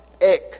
Eck